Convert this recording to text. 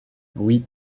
oui